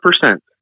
percent